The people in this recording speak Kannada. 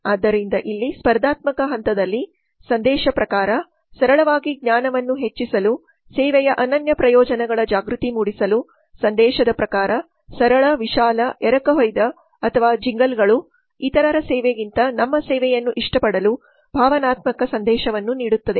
ಆದ್ದರಿಂದ ಇಲ್ಲಿ ಸ್ಪರ್ಧಾತ್ಮಕ ಹಂತದಲ್ಲಿ ಸಂದೇಶ ಪ್ರಕಾರ ಸರಳವಾಗಿ ಜ್ಞಾನವನ್ನು ಹೆಚ್ಚಿಸಲು ಸೇವೆಯ ಅನನ್ಯ ಪ್ರಯೋಜನಗಳ ಜಾಗೃತಿ ಮೂಡಿಸಲು ಸಂದೇಶದ ಪ್ರಕಾರ ಸರಳ ವಿಶಾಲ ಎರಕಹೊಯ್ದ ಅಥವಾ ಜಿಂಗಲ್ಗಳು ಇತರರ ಸೇವೆಗಿಂತ ನಮ್ಮ ಸೇವೆಯನ್ನು ಇಷ್ಟಪಡಲು ಭಾವನಾತ್ಮಕ ಸಂದೇಶವನ್ನು ನೀಡುತ್ತದೆ